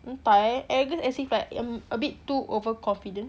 entah eh arrogance as if like I'm a bit too over confident